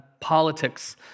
politics